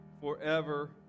forever